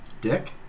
Dick